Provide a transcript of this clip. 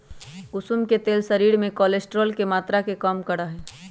कुसुम के तेल शरीर में कोलेस्ट्रोल के मात्रा के कम करा हई